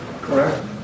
correct